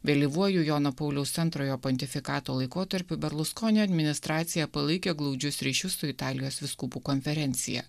vėlyvuoju jono pauliaus antrojo pontifikato laikotarpiu berluskonio administracija palaikė glaudžius ryšius su italijos vyskupų konferencija